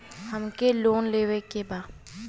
हमके लोन लेवे के बा?